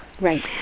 Right